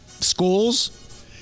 Schools